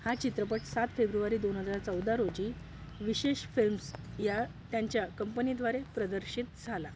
हा चित्रपट सात फेब्रुवारी दोन हजार चौदा रोजी विशेष फिल्म्स या त्यांच्या कंपनीद्वारे प्रदर्शित झाला